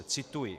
Cituji: